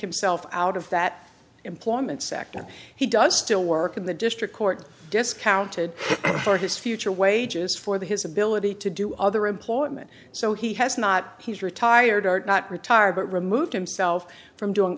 himself out of that employment sector he does still work in the district court discounted for his future wages for the his ability to do other employment so he has not he's retired not retired but removed himself from doing